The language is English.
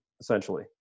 essentially